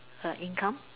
a income